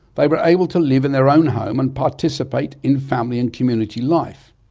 they were able to live in their own home and participate in family and community life.